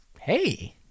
Hey